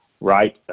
right